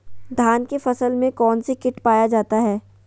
धान की फसल में कौन सी किट पाया जाता है?